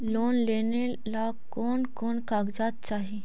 Loan लेने ला कोन कोन कागजात चाही?